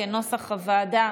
כנוסח הוועדה,